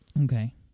Okay